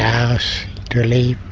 house to live.